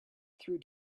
through